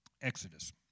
Exodus